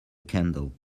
candle